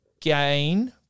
gain